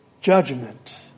judgment